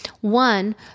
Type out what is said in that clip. One